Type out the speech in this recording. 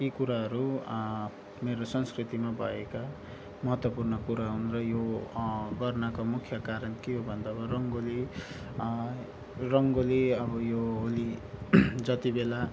ती कुराहरू मेरो संस्कृतिमा भएका महत्त्वपूर्ण कुरा हुन् र यो गर्नका मुख्य कारण के हो भन्दा अब रङ्गोली रङ्गोली अब यो होली जति बेला